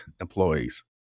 employees